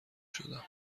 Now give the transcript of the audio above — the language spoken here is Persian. شدم